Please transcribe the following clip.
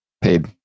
paid